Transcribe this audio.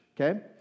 okay